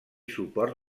suport